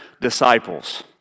disciples